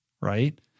right